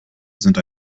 sind